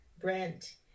Brent